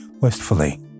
wistfully